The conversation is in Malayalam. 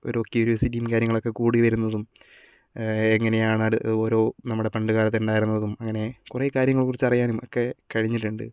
ഒരോ കുര്യോസിറ്റിയും കാര്യങ്ങളൊക്കെ കൂടി വരുന്നതും എങ്ങനെയാണ് അത് ഓരോ നമ്മുടെ പണ്ടുകാലത്തുണ്ടായിരുന്നതും അങ്ങനെ കുറെ കാര്യങ്ങളെക്കുറിച്ച് അറിയാനും ഒക്കെ കഴിഞ്ഞിട്ടുണ്ട്